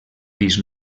pis